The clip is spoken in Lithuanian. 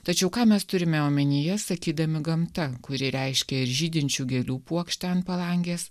tačiau ką mes turime omenyje sakydami gamta kuri reiškia ir žydinčių gėlių puokštę ant palangės